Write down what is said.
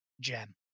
gem